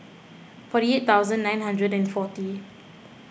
forty eight thousand nine hundred and forty